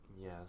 Yes